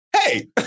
hey